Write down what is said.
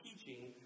teaching